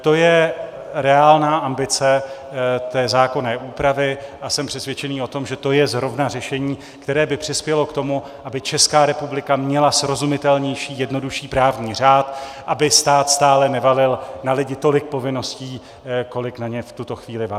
To je reálná ambice té zákonné úpravy a jsem přesvědčený o tom, že to je zrovna řešení, které by přispělo k tomu, že by Česká republika měla srozumitelnější, jednodušší právní řád, aby stát stále nevalil na lidi tolik povinností, kolik na ně v tuto chvíli valí.